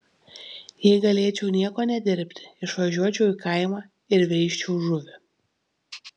jei galėčiau nieko nedirbti išvažiuočiau į kaimą ir veisčiau žuvį